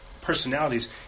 personalities